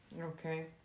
Okay